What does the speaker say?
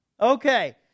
Okay